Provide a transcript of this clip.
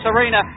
Arena